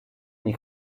nei